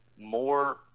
more